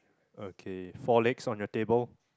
okay four legs on your table